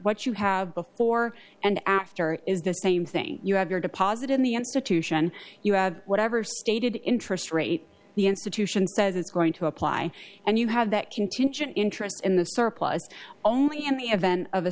what you have before and after is the same thing you have your deposit in the institution you have whatever stated interest rate the institution says it's going apply and you have that contingent interest in the surplus only in the event of a